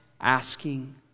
asking